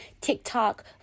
TikTok